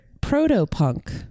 proto-punk